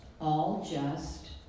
all-just